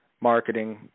Marketing